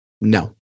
no